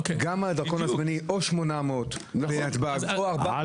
גם על הדרכון הזמני או 800 בנתב"ג או 400. ועל